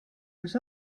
was